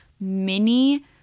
mini